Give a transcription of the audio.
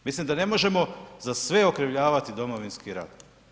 Mislim da ne možemo za sve okrivljavati Domovinski rat.